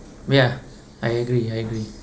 ya I agree I agree